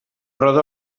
roda